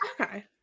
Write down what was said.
okay